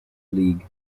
league